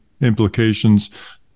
implications